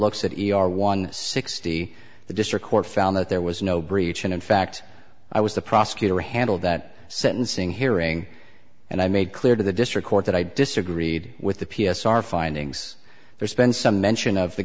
looks at each one sixty the district court found that there was no breach and in fact i was the prosecutor handled that sentencing hearing and i made clear to the district court that i disagreed with the p s r findings there's been some mention